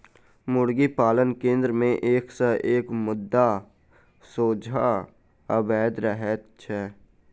मुर्गी पालन केन्द्र मे एक सॅ एक मुद्दा सोझा अबैत रहैत छै